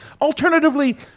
Alternatively